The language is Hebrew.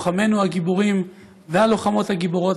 לוחמינו הגיבורים והלוחמות הגיבורות,